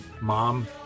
mom